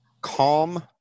calm